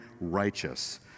righteous